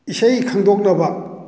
ꯏꯁꯩ ꯈꯪꯗꯣꯛꯅꯕ